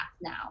now